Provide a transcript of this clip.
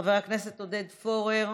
חבר הכנסת עודד פורר,